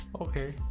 Okay